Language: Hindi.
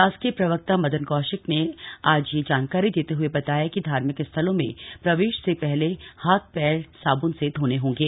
शासकीय प्रवक्ता मदन कौशिक ने आज यह जानकारी देते हए बताया कि धार्मिक स्थलों में प्रवेश से पहले हाथ पैर साब्न से धोने होंगे